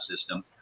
system